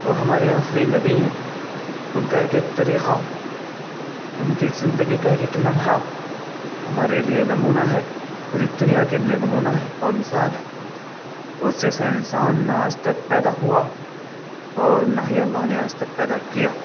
وہ ہمارے آخری نبی ہیں ان کا ایک ایک طریقہ ان کی زندگی کا ایک ایک لمحہ ہمارے لیے نمونہ ہے پوری دنیا کے لیے نمونہ ہے اور مثال ہے اس جیسا انسان نہ آج تک پیدا ہوا اور نہ ہی اللّہ نے آج تک پیدا کیا